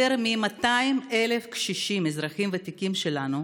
יותר מ-200,000 קשישים, אזרחים ותיקים שלנו,